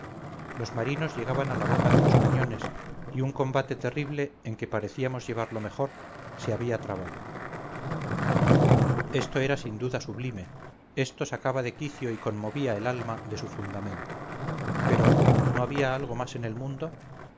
los marinos llegaban a la boca de los cañones y un combate terrible en que parecíamos llevar lo mejor se había trabado esto era sin duda sublime esto sacaba de quicio y conmovía el alma en su fundamento pero no había algo más en el mundo